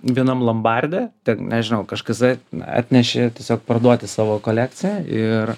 vienam lombarde ten nežinau kažkas atn atnešė tiesiog parduoti savo kolekciją ir